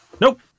Nope